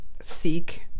seek